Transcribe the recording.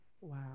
Wow